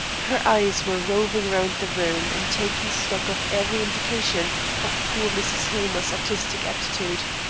her eyes were roving round the room and taking stock of every indication of poor mrs. hillmer's artistic aptitude.